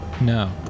No